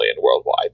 worldwide